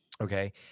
Okay